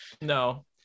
No